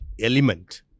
element